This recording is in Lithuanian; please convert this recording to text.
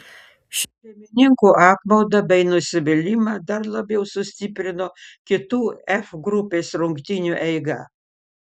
šeimininkų apmaudą bei nusivylimą dar labiau sustiprino kitų f grupės rungtynių eiga